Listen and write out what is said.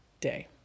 day